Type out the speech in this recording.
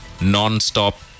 non-stop